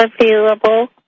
available